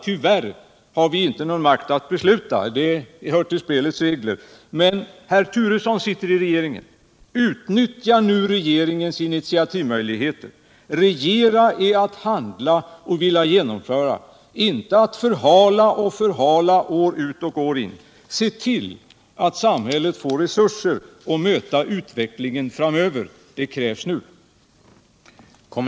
Tyvärr har vi ingen makt att besluta — det hör till spelets regler. Men herr Turesson sitter i regeringen. Utnyttja nu regeringens initiativmöjligheter! Regera är att handla och vilja genomföra, inte att förhala och förhala år ut och år in. Se till att samhället får resurser att möta utvecklingen framöver! Det krävs nu.